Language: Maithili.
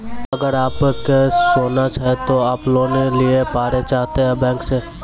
अगर आप के सोना छै ते आप लोन लिए पारे चाहते हैं बैंक से?